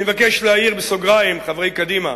אני מבקש להעיר בסוגריים: חברי קדימה,